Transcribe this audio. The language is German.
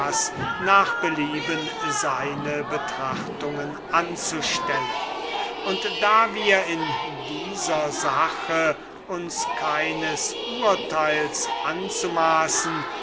nach belieben seine betrachtung anzustellen und da wir in dieser ganzen sache uns keines urteils anzumaßen